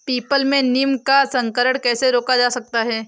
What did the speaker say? People में नीम का संकरण कैसे रोका जा सकता है?